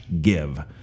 give